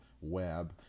web